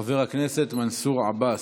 חבר הכנסת מנסור עבאס,